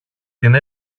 την